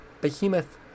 Behemoth